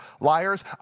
liars